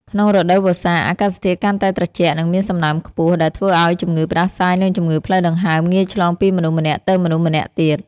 ក្នុងរដូវវស្សា អាកាសធាតុកាន់តែត្រជាក់ និងមានសំណើមខ្ពស់ ដែលធ្វើឲ្យជំងឺផ្តាសាយនិងជំងឺផ្លូវដង្ហើមងាយឆ្លងពីមនុស្សម្នាក់ទៅមនុស្សម្នាក់ទៀត។